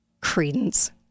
Credence